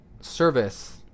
service